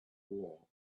war